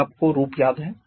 क्या आपको रूप याद हैं